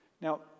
Now